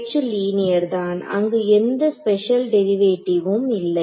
H linear தான் அங்கு எந்த ஸ்பெஷல் டெரிவேட்டிவும் இல்லை